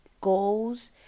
goals